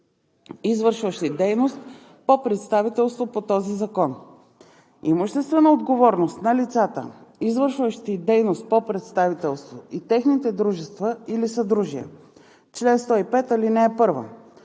извършващи дейност по представителство по този закон. Имуществена отговорност на лицата, извършващи дейност по представителство и техните дружества или съдружия Чл. 105. (1)